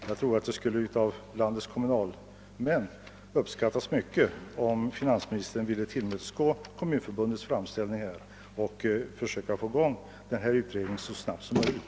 Jag är övertygad om att landets kommunalmän i hög grad skulle uppskatta om finansministern ville tillmötesgå Kommunförbundets framställning och försöka påbörja utredningsarbetet så snabbt som möjligt.